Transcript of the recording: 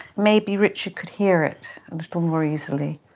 maybe richard could hear it a little more easily.